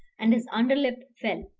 and his underlip fell.